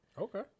Okay